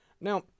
Now